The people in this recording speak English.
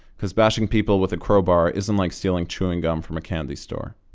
because bashing people with a crowbar isn't like stealing chewing gum from a candy store.